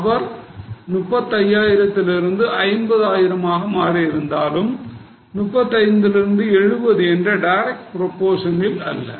power 35000 திலிருந்து 50 ஆயிரமாக மாறியிருந்தாலும் 35 லிருந்து 70 என்ற direct proportion ப்ரொபோஷனில் அல்ல